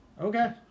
Okay